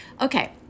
Okay